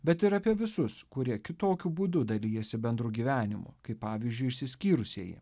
bet ir apie visus kurie kitokiu būdu dalijasi bendru gyvenimu kaip pavyzdžiui išsiskyrusieji